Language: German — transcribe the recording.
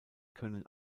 können